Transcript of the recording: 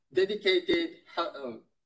dedicated